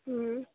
ಹ್ಞೂಂ